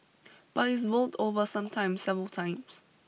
but it's rolled over sometimes several times